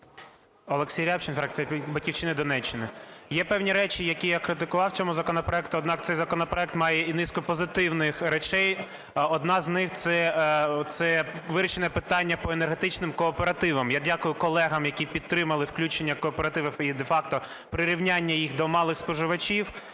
Олексій Рябчин, фракція "Батьківщина", Донеччина. Є певні речі, які я критикував у цьому законопроекті. Однак, цей законопроект має і низку позитивних речей, одна з них – це вирішення питання по енергетичним кооперативам. Я дякую колегам, які підтримали включення кооперативів і де-факто прирівняння їх до малих споживачів.